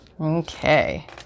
Okay